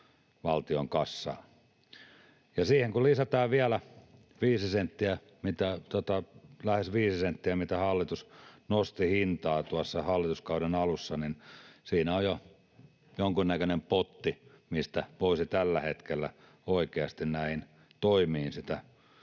Siihen kun lisätään vielä lähes 5 senttiä, mitä hallitus nosti hintaa tuossa hallituskauden alussa, niin siinä on jo jonkunnäköinen potti, mistä voisi tällä hetkellä oikeasti näihin toimiin sitä rahaa